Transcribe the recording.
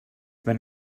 ben